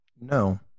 No